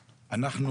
היושב-ראש,